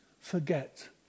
forget